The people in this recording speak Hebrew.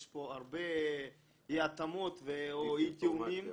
יש פה הרבה אי התאמות או אי תיאומים.